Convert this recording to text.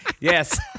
Yes